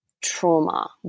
trauma